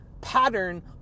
pattern